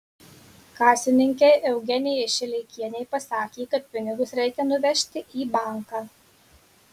kasininkei eugenijai šileikienei pasakė kad pinigus reikia nuvežti į banką